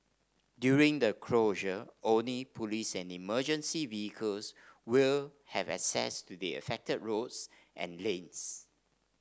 during the closure only police and emergency vehicles will have access to the affected roads and lanes